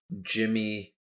Jimmy